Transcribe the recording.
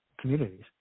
communities